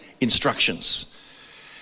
instructions